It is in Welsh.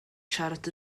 siarad